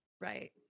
Right